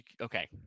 Okay